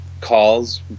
calls